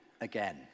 again